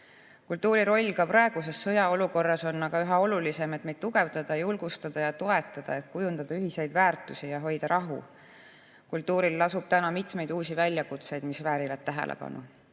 Kultuuri roll ka praeguses sõjaolukorras on üha olulisem, et meid tugevdada, julgustada ja toetada, kujundada ühiseid väärtusi ja hoida rahu. Kultuuril lasub täna mitmeid uusi väljakutseid, mis väärivad tähelepanu